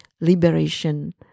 liberation